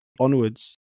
onwards